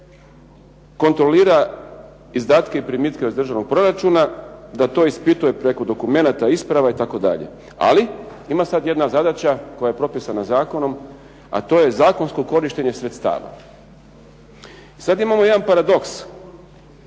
kontrolira izdatke i primitke iz Državnog proračuna, da to ispituje preko dokumenata, isprava itd. Ali, ima sad jedna zadaća koja je propisana zakonom, a to je zakonsko korištenje sredstava. Sad imamo jedan paradoks.